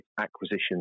acquisitions